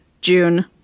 June